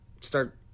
start